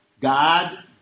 God